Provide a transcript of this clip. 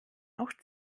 auch